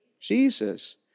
Jesus